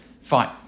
Fine